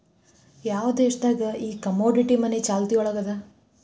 ಯಾವ್ ದೇಶ್ ದಾಗ್ ಈ ಕಮೊಡಿಟಿ ಮನಿ ಚಾಲ್ತಿಯೊಳಗದ?